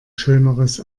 schöneres